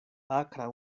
akra